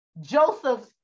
Joseph's